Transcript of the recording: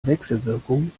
wechselwirkung